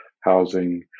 housing